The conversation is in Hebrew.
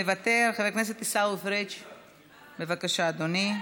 מוותר; חבר הכנסת עיסאווי פריג', בבקשה, אדוני.